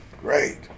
Great